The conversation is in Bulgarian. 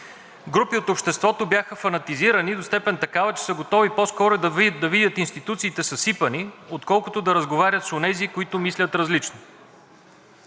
Групи от обществото бяха фанатизирани до степен такава, че са готови по-скоро да видят институциите съсипани, отколкото да разговарят с онези, които мислят различно.